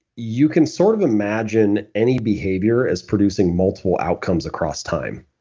you can sort of imagine any behavior is producing multiple outcomes across time.